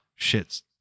shits